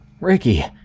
Ricky